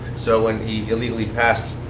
so when he illegally passed,